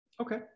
Okay